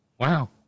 Wow